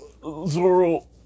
Zoro